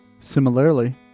Similarly